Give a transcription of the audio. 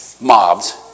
mobs